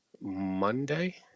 Monday